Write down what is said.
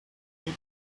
need